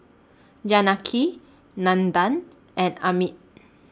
Janaki Nandan and Amit